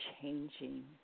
changing